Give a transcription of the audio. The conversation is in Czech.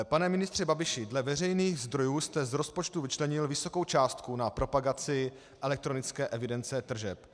Pane ministře Babiši, dle veřejných zdrojů jste z rozpočtu vyčlenil vysokou částku na propagaci elektronické evidence tržeb.